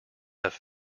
have